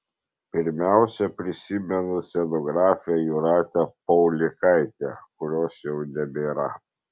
pirmiausia prisimenu scenografę jūratę paulėkaitę kurios jau nebėra